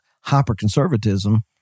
hyper-conservatism